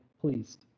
pleased